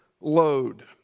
load